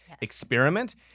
experiment